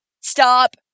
Stop